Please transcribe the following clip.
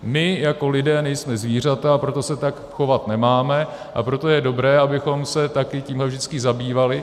My jako lidé nejsme zvířata, a proto se tak chovat nemáme a proto je dobré, abychom se také tímhle vždycky zabývali.